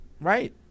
right